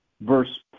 Verse